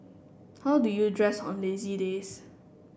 how do you dress on lazy days